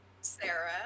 Sarah